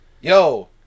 Yo